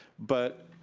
but